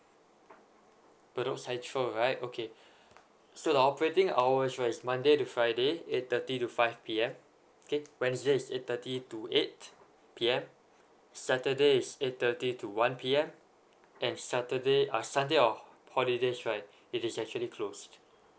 bedok central right okay so the operating hours right is monday to friday eight thirty to five P_M okay wednesday is eight thirty to eight P_M saturday is eight thirty to one P_M and saturday ah sunday or holidays right it is actually close